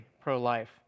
pro-life